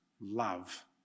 love